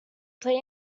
play